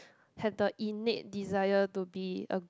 have the innate desire to be a